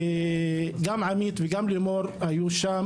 וגם עמית וגם לימור היו שם,